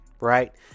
right